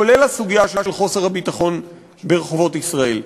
כולל הסוגיה של חוסר הביטחון ברחובות ישראל.